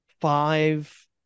five